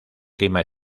clima